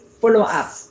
follow-up